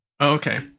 okay